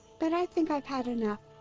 but i think i've had enough.